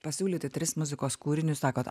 pasiūlyti tris muzikos kūrinius jūs sakot